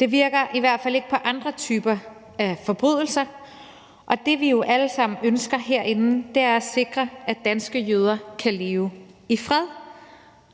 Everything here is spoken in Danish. Det virker i hvert fald ikke på andre typer af forbrydelser, og det, vi jo alle sammen ønsker herinde, er at sikre, at danske jøder kan leve i fred,